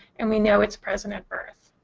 and we know it's present at birth.